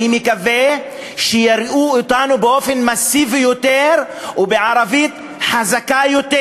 אני מקווה שיראו אותנו באופן מסיבי יותר ובערבית חזקה יותר.